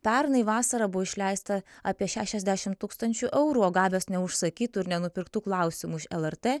pernai vasarą buvo išleista apie šešiasdešim tūkstančių eurų o gavęs neužsakytų ir nenupirktų klausimų iš elartė